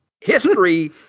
History